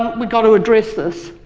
um we got to address this.